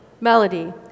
melody